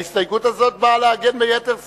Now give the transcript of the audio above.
ההסתייגות הזאת באה להגן ביתר שאת.